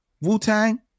Wu-Tang